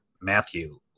Matthew